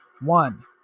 One